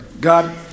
God